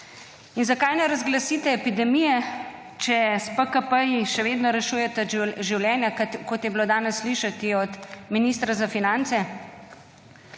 In zakaj ne razglasite epidemije, če s PKP-ji še vedno rešujete življenja, kot je bilo danes slišati od ministra za finance?